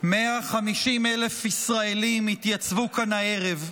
150,000 ישראלים התייצבו כאן הערב.